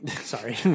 sorry